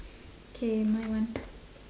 K my one